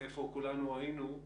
איפה כולנו היינו?